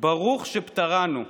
"ברוך שפטרנו",